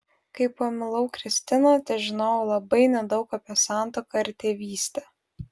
kai pamilau kristiną težinojau labai nedaug apie santuoką ir tėvystę